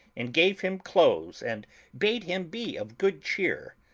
and gave him clothes and bade him be of good cheer.